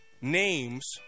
names